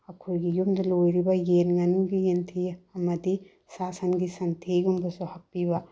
ꯑꯩꯈꯣꯏꯒꯤ ꯌꯨꯝꯗ ꯂꯣꯏꯔꯤꯕ ꯌꯦꯟ ꯉꯥꯅꯨ ꯌꯦꯟꯊꯤ ꯑꯃꯗꯤ ꯁꯥ ꯁꯟꯒꯤ ꯁꯟꯊꯤꯒꯨꯝꯕꯁꯨ ꯍꯥꯞꯄꯤꯕ